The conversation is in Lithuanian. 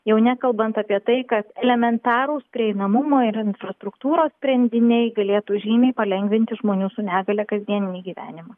jau nekalbant apie tai kad elementarūs prieinamumo ir infrastruktūros sprendiniai galėtų žymiai palengvinti žmonių su negalia kasdieninį gyvenimą